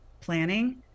planning